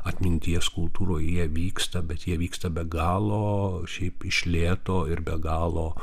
atminties kultūroj jie vyksta bet jie vyksta be galo šiaip iš lėto ir be galo